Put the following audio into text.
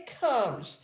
comes